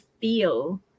feel